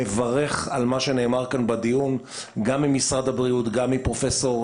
מברך על מה שנאמר כאן בדיון גם ממשרד הבריאות פרופסור